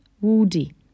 woody